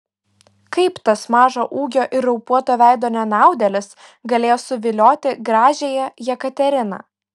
kaip tas mažo ūgio ir raupuoto veido nenaudėlis galėjo suvilioti gražiąją jekateriną